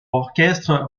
orchestre